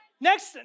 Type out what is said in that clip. Next